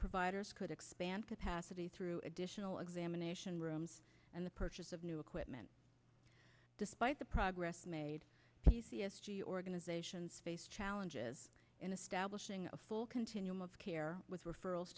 providers could expand capacity through additional examination rooms and the purchase of new equipment despite the progress made organizations face challenges in establishing a full continuum of care with referrals